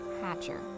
Hatcher